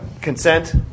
consent